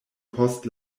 post